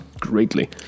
greatly